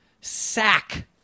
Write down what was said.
Sack